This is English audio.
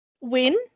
win